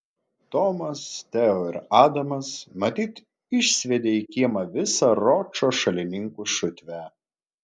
tomas teo ir adamas matyt išsviedė į kiemą visą ročo šalininkų šutvę